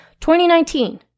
2019